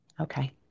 Okay